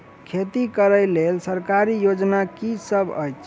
खेती करै लेल सरकारी योजना की सब अछि?